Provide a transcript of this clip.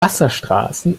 wasserstraßen